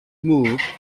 move